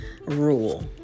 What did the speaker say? rule